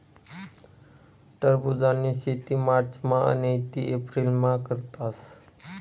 टरबुजनी शेती मार्चमा नैते एप्रिलमा करतस